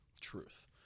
Truth